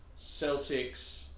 Celtics